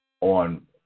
on